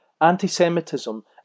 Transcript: anti-Semitism